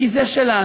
כי זה שלנו,